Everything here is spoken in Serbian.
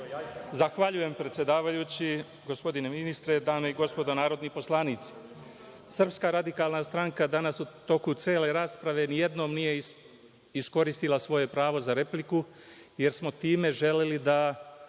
Zahvaljujem, predsedavajući. Gospodine ministre, dame i gospodo narodni poslanici, SRS danas u toku cele rasprave nijednom nije iskoristila svoje pravo za repliku jer smo time želeli da